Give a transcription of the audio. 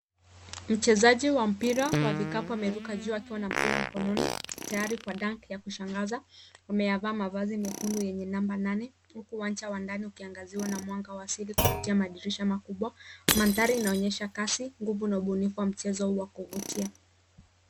Mchezaji wa mpira wa vikapu ameruka juu akiwa na mpira mkononi tayari kuandaa ya kushangaza. Ameyevaa mavazi mekundu yenye namba nane huku uwanja wa ndani ukiangaziwa na mwanga wa asili kupitia madirisha makubwa. Mandhari inaonyesha kasi, nguvu na ubunifu wa mchezo huu wa kuvutia.